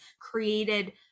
created